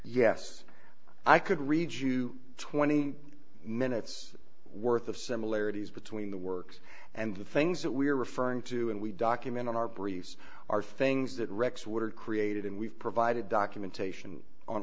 yes i could read you twenty minutes worth of similarities between the works and the things that we are referring to and we document in our briefs are things that wrecks were created and we've provided documentation on